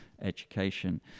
education